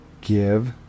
give